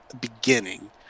beginning